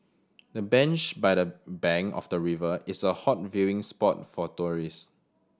the bench by the bank of the river is a hot viewing spot for tourist